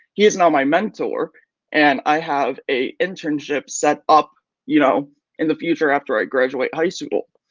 he is now my mentor and i have a internship set up you know in the future after i graduate high school,